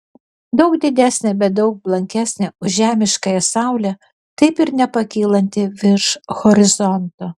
daug didesnė bet daug blankesnė už žemiškąją saulę taip ir nepakylanti virš horizonto